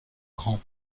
grand